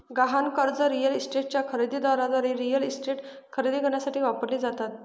गहाण कर्जे रिअल इस्टेटच्या खरेदी दाराद्वारे रिअल इस्टेट खरेदी करण्यासाठी वापरली जातात